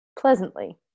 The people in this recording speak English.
pleasantly